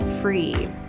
free